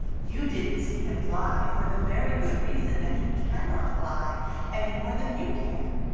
you didn't see him fly, for the very good reason that he cannot fly any more than you can.